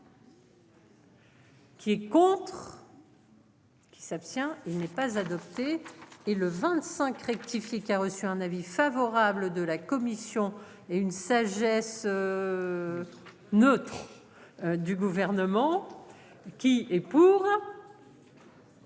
Qui est contre. Qui s'abstient. Il n'est pas adopté et le 25 rectifié qui a reçu un avis favorable de la commission et une sagesse. Neutre. Du gouvernement. Qui est. Qui